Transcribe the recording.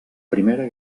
primera